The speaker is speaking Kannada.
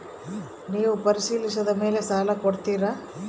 ನೇವು ಪರಿಶೇಲಿಸಿದ ಮೇಲೆ ಸಾಲ ಕೊಡ್ತೇರಾ?